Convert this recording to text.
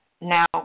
now